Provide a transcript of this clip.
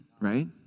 right